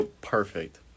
Perfect